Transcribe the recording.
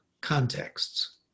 contexts